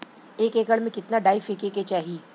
एक एकड़ में कितना डाई फेके के चाही?